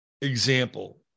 example